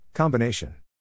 Combination